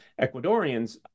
Ecuadorians